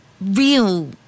real